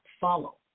follow